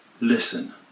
listen